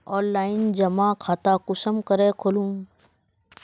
Online जमा खाता कुंसम करे खोलूम?